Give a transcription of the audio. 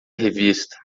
revista